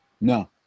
No